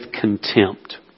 contempt